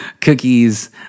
cookies